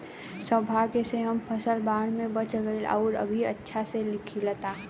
सौभाग्य से हमर फसल बाढ़ में बच गइल आउर अभी अच्छा से खिलता